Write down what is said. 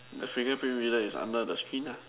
the finger print reader is under the screen ah